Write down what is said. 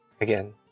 again